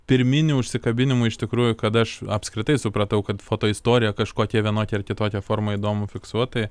pirminių užsikabinimų iš tikrųjų kada aš apskritai supratau kad foto istorija kažkokia vienokia ar kitokia forma įdomu fiksuot tai